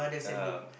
ya